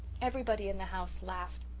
everybody in the house laughed.